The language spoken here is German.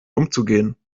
umzugehen